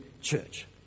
church